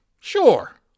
Sure